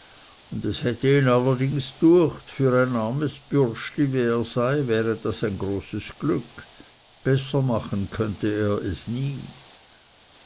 und es hätte ihn allerdings düecht für ein armes bürschli wie er sei wäre das ein großes glück besser machen könnte er es nie